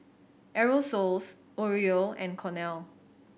Aerosoles Oreo and Cornell